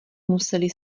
museli